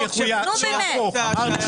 לפי החוק.